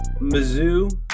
Mizzou